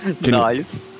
Nice